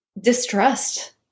distrust